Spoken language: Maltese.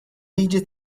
liġi